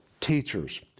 teachers